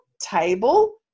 Table